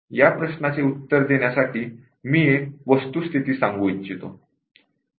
या प्रश्नाचे उत्तर देण्यासाठी मी एक वस्तूस्थिती सांगू इच्छितो